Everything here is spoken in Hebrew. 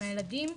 עם הילדים,